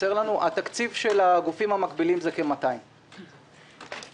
התקציב של הגופים המקבילים הוא כ-200 מיליון שקל.